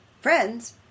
Friends